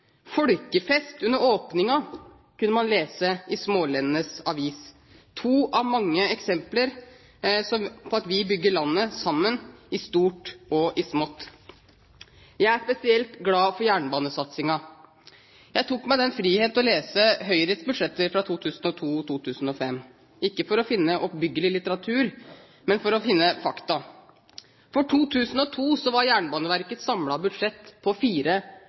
folkefest under åpningen, kunne man lese i Smaalenenes Avis. Det er to av mange eksempler på at vi bygger landet sammen, i stort og i smått. Jeg er spesielt glad for jernbanesatsingen. Jeg tok meg den frihet å lese Høyres budsjetter fra 2002 og 2005, ikke for å finne oppbyggelig litteratur, men for å finne fakta. For 2002 var Jernbaneverkets samlede budsjett på